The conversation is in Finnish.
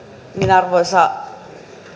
arvoisa